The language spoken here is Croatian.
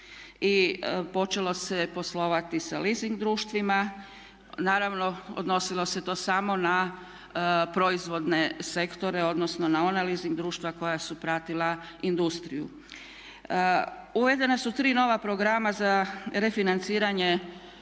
i počelo se poslovati sa leasing društvima. Naravno odnosilo se to samo na proizvodne sektore, odnosno na ona leasing društva koja su pratila industriju. Uvedena su tri nova programa za refinanciranje